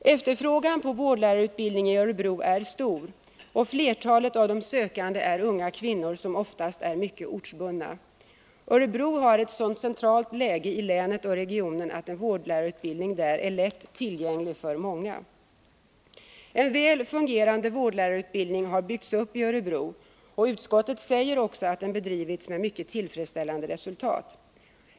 Efterfrågan på vårdlärarutbildning i Örebro är stor, och flertalet av de sökande är unga kvinnor som oftast är mycket ortsbundna. Örebro har ett så centralt läge i länet och i regionen att en vårdlärarutbildning där är lätt tillgänglig för många. En väl fungerande vårdlärarutbildning har byggts upp i Örebro, och utskottet säger också att den bedrivits med mycket tillfredsställande resultat.